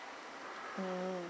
mm